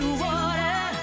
water